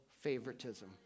favoritism